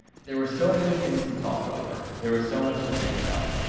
there were so many things to talk over, there was so much to think about.